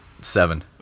Seven